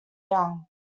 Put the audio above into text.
young